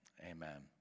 amen